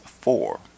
four